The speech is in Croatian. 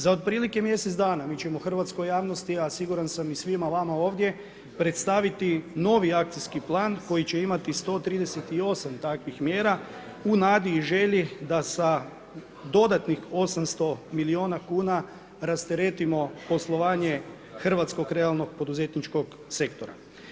Za otprilike mjesec dana mi ćemo hrvatskoj javnosti a siguran sam i svima vama ovdje predstaviti novi akcijski plan koji će imati 138 takvih mjera u nadi i želji da sa dodatnih 800 milijuna kuna rasteretimo poslovanje hrvatskog realnog poduzetničkog sektora.